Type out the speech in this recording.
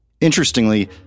Interestingly